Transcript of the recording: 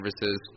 services